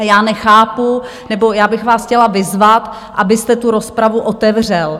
A já nechápu, nebo já bych vás chtěla vyzvat, abyste tu rozpravu otevřel.